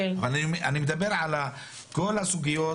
אני מדבר על כל הסוגיות